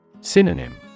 Synonym